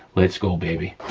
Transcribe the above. let's go, baby.